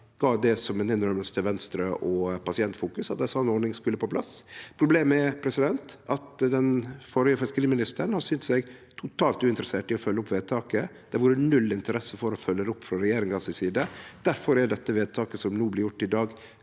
gav som ei innrømming til Venstre og Pasientfokus at ei sånn ordning skulle på plass. Problemet er at den førre fiskeriministeren har synt seg totalt uinteressert i å følgje opp vedtaket. Det har vore null interesse for å følgje det opp frå regjeringa si side. Difor er det vedtaket som blir gjort no i dag,